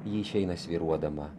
ji išeina svyruodama